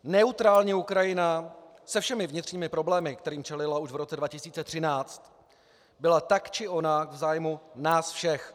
Neutrální Ukrajina se všemi vnitřními problémy, kterým čelila už v roce 2013, byla tak či onak v zájmu nás všech.